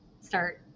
start